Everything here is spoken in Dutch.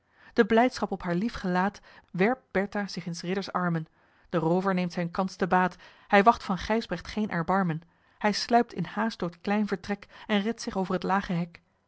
de blijdschap op haar lief gelaat werpt bertha zich in s ridders armen de roover neemt zijn kans te baat hij wacht van gijsbrecht geen erbarmen hij sluipt in haast door t klein vertrek en redt zich over t lage hek